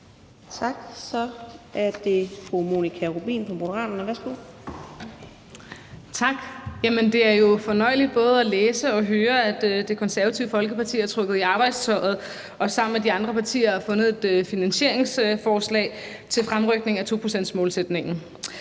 Tak. Så er det fru Monika Rubin fra Moderaterne. Værsgo. Kl. 15:55 Monika Rubin (M): Tak. Det er jo fornøjeligt både at læse og høre, at Det Konservative Folkeparti er trukket i arbejdstøjet og sammen med de andre partier har fundet et finansieringsforslag til fremrykning af 2-procentsmålsætningen.